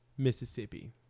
Mississippi